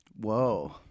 Whoa